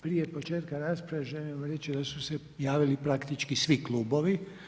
Prije početka rasprave želim Vam reći da su se javili praktički svi klubovi.